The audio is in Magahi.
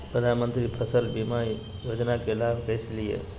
प्रधानमंत्री फसल बीमा योजना का लाभ कैसे लिये?